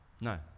No